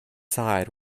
side